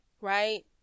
right